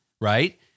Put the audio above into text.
right